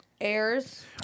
airs